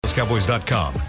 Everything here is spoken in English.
Cowboys.com